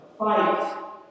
Fight